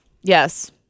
Yes